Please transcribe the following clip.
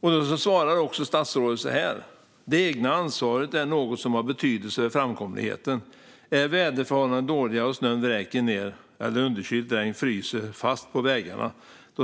Statsrådet svarar också så här: "Det egna ansvaret är också något som har betydelse för framkomligheten. Är väderförhållandena dåliga, om snön vräker ned eller underkylt regn fryser fast på vägarna,